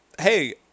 Hey